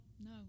no